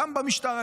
גם במשטרה,